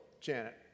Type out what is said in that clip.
Janet